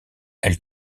elle